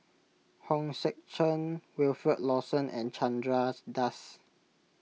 Hong Sek Chern Wilfed Lawson and Chandra Das